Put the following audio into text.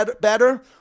better